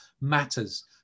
matters